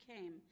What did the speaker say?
came